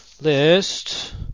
list